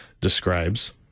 describes